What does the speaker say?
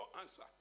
answer